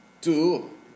two